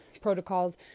protocols